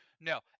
No